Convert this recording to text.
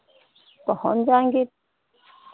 पहुँच जाएंगे